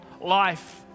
life